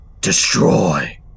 Destroy